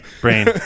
brain